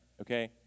okay